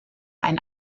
ein